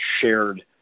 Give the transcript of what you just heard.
shared